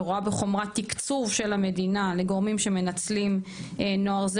ורואה בחומרה תקצוב של המדינה לגורמים שמנצלים נוער זה